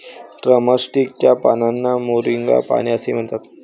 drumstick च्या पानांना moringa पाने असेही म्हणतात